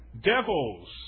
Devils